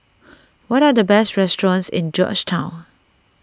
what are the best restaurants in Georgetown